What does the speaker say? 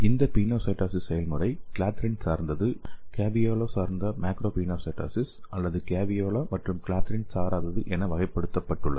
இந்த பினோசைட்டோசிஸ் செயல்முறை கிளாத்ரின் சார்ந்த்து கேவியோலா சார்ந்த மேக்ரோபினோசைடோசிஸ் அல்லது கேவியோலா மற்றும் கிளாத்ரின் சாராதது என வகைப்படுத்தப்பட்டுள்ளது